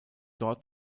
dort